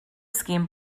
scheme